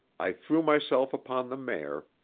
i threw myself upon the mare,